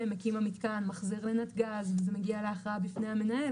שמקים המתקן מחזיר לנתגז וזה מגיע להכרעה בפני המנהל,